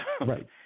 Right